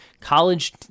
College